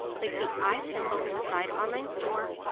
click the eye symbol beside online store,